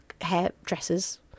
hairdressers